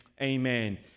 Amen